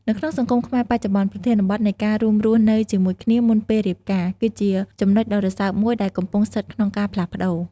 នៅក្នុងសង្គមខ្មែរបច្ចុប្បន្ន ប្រធានបទនៃការរួមរស់នៅជាមួយគ្នាមុនពេលរៀបការ គឺជាចំណុចដ៏រសើបមួយដែលកំពុងស្ថិតក្នុងការផ្លាស់ប្តូរ។